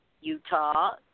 Utah